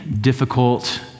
difficult